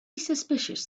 suspicious